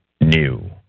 new